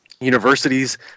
universities